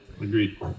agreed